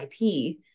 IP